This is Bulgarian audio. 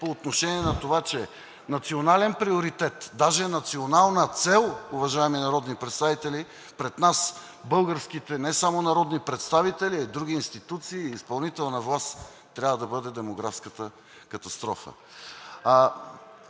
по отношение на това, че национален приоритет, даже национална цел, уважаеми народни представители, пред нас българските не само народни представители, а и други институции – изпълнителната власт, трябва да бъде демографската катастрофа.